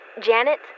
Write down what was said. Janet